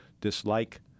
dislike